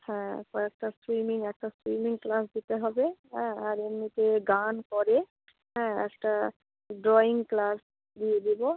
হ্যাঁ কয়েকটা সুইমিং একটা সুইমিং ক্লাস দিতে হবে হ্যাঁ আর এমনিতে গান করে হ্যাঁ একটা ড্রয়িং ক্লাস দিয়ে দেব